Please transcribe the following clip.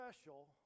special